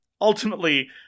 ultimately